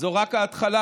זו רק ההתחלה,